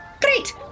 Great